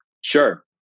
Sure